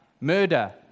Murder